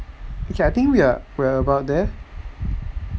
okay I think we're about there